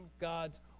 God's